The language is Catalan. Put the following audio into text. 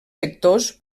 sectors